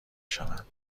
شوند